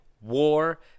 war